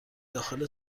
داخل